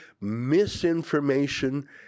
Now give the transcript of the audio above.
misinformation